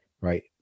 right